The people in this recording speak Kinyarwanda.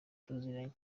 tuziranye